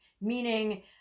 meaning